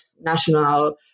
national